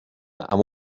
amb